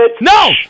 No